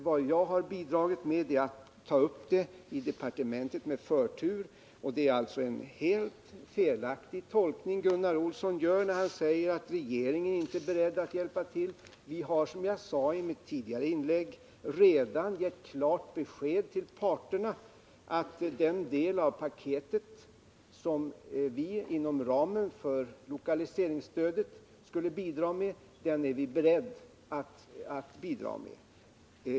Vad jag har bidragit med är att ta upp det i departementet med förtur, och det är en helt felaktig tolkning Gunnar Olsson gör när han säger att regeringen inte är beredd att hjälpa till. Vi har som jag sade i mitt tidigare inlägg redan givit klart besked till parterna om att vi är beredda att bidra med den del av paketet som ligger inom ramen för lokaliseringsstödet.